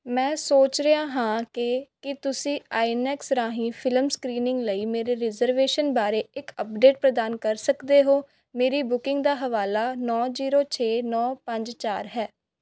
ਮੈਂ ਸੋਚ ਰਿਹਾ ਹਾਂ ਕਿ ਕੀ ਤੁਸੀਂ ਆਈਨੌਕਸ ਰਾਹੀਂ ਫ਼ਿਲਮ ਸਕ੍ਰੀਨਿੰਗ ਲਈ ਮੇਰੇ ਰਿਜ਼ਰਵੇਸ਼ਨ ਬਾਰੇ ਇੱਕ ਅਪਡੇਟ ਪ੍ਰਦਾਨ ਕਰ ਸਕਦੇ ਹੋ ਮੇਰੀ ਬੁਕਿੰਗ ਦਾ ਹਵਾਲਾ ਨੌਂ ਜ਼ੀਰੋ ਛੇ ਨੌਂ ਪੰਜ ਚਾਰ ਹੈ